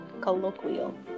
Colloquial